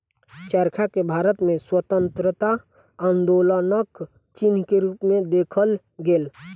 चरखा के भारत में स्वतंत्रता आन्दोलनक चिन्ह के रूप में देखल गेल